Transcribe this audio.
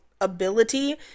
ability